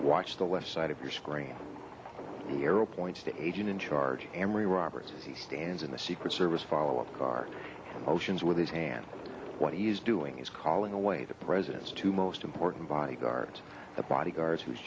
watch the left side of your screen the arrow points to agent in charge and marie roberts as he stands in the secret service followup car motions with his hand what he is doing is calling away the president's two most important bodyguards the bodyguards whose